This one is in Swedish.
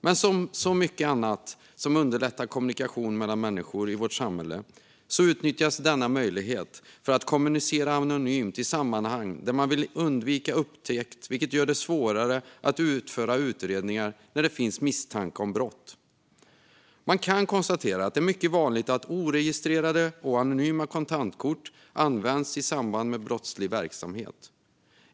Men som mycket annat som underlättar kommunikation mellan människor i vårt samhälle utnyttjas denna möjlighet för att kommunicera anonymt i sammanhang där man vill undvika upptäckt, vilket gör att det blir svårare att utföra utredningar när det finns misstanke om brott. Man kan konstatera att det är mycket vanligt att oregistrerade och anonyma kontantkort till mobiltelefoner används i samband med brottslig verksamhet.